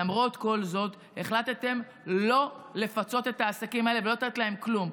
למרות כל זאת החלטתם לא לפצות את העסקים האלה ולא לתת להם כלום.